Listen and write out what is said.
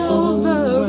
over